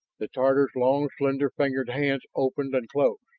the tatar's long, slender-fingered hands opened and closed.